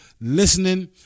listening